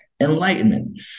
enlightenment